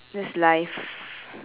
that's life